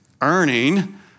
earning